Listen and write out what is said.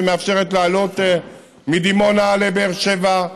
שמאפשרת לעלות מדימונה לבאר שבע,